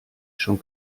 schon